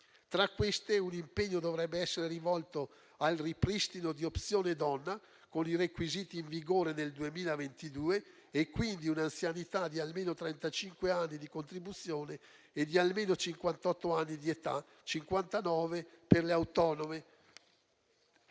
Tra queste, un impegno dovrebbe essere rivolto al ripristino di Opzione donna, con i requisiti in vigore nel 2022, e quindi un'anzianità di almeno trentacinque anni di contribuzione e di almeno cinquantotto anni di età, cinquantanove per le autonome.